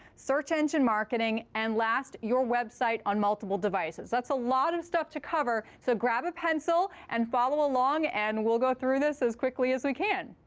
search engine marketing, and last, your website on multiple devices. that's a lot of stuff to cover. so grab a pencil and follow along. and we'll go through this as quickly as we can.